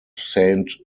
saint